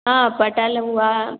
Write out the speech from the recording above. हाँ कटहल हुआ